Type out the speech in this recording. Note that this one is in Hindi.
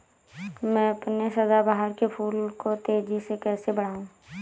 मैं अपने सदाबहार के फूल को तेजी से कैसे बढाऊं?